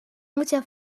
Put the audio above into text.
mucha